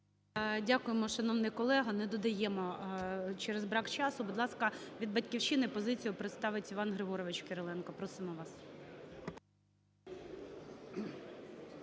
Дякуємо, шановний колего. Не додаємо через брак часу. Будь ласка, від "Батьківщини" позицію представить Іван Григорович Кириленко. Просимо вас.